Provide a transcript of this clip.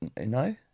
no